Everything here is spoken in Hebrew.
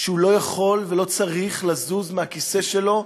שהוא לא יכול ולא צריך לזוז מהכיסא שלו,